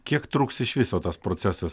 kiek truks iš viso tas procesas